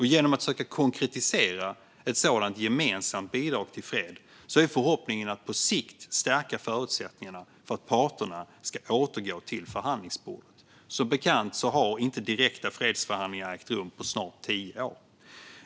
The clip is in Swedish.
Genom att försöka konkretisera ett sådant gemensamt bidrag till fred är förhoppningen att man på sikt stärker förutsättningarna för att parterna ska återgå till förhandlingsbordet. Som bekant har inte direkta fredsförhandlingar ägt rum på snart tio år.